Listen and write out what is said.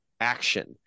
action